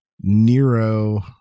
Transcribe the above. Nero